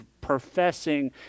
professing